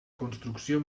construcció